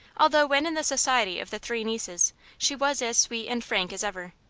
although when in the society of the three nieces she was as sweet and frank as ever.